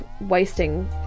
wasting